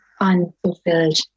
unfulfilled